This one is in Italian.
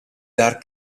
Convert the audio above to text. dar